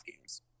games